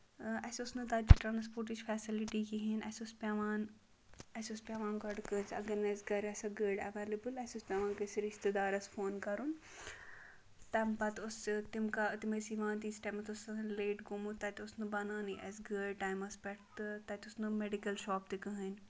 اَسہِ اوس نہٕ تَتہِ ترانسپوٹٕچ فیسلٹی کِہینۍ اَسہِ اوس پیٚوان اَسہِ اوس پیٚوان گۄڈٕ گٔژ اَگر نہٕ اَسہِ گرِ آسہِ ہا گٲڑ ایٚولیبٕل اَسہِ اوس پیٚوان کٲنسہِ رِشتہٕ دارَس فون کَرُن تَمہِ پَتہٕ اوس سُہ تِم کا تِم ٲسۍ یِوان تیٖتِس ٹایمَس اوس آسان لیٹ گومُت تَتہِ اوس نہٕ بَنانٕے اَسہِ گٲڑ ٹایمَس پٮ۪ٹھ تہٕ تَتہِ اوس نہٕ میڈِکل شاپ تہِ کٕہٕنۍ